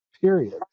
period